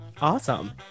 awesome